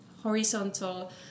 horizontal